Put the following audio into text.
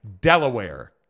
Delaware